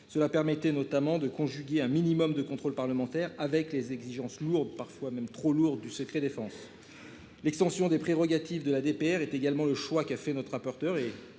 Cela permettait notamment de conjuguer un minimum de contrôle parlementaire avec les exigences, lourdes, parfois même trop lourde du secret défense. L'extension des prérogatives de la DPR est également le choix qu'a fait notre rapporteur, et